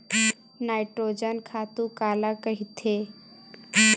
Nitrogen खातु काला कहिथे?